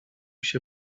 się